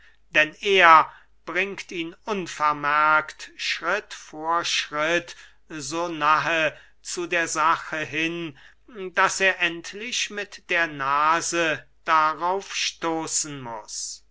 denn er bringt ihn unvermerkt schritt vor schritt so nahe zu der sache hin daß er endlich mit der nase darauf stoßen muß